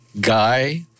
Guy